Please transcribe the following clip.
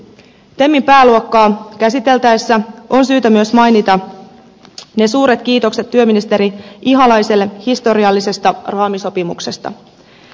temin pääluokkaa käsiteltäessä on syytä myös mainita ne suuret kiitokset työministeri ihalaiselle historiallisesta raamisopimuksesta